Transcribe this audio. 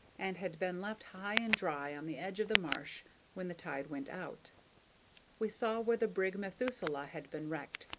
and had been left high and dry on the edge of the marsh when the tide went out we saw where the brig methuselah had been wrecked,